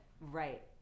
right